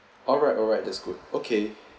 alright alright that's good okay